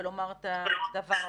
הדיון.